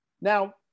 Now